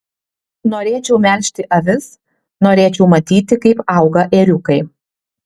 norėčiau melžti avis norėčiau matyti kaip auga ėriukai